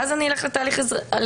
ואז אני אלך להליך אזרחי.